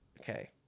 Okay